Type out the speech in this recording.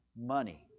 money